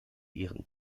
ihren